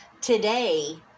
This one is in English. today